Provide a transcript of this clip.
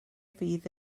fydd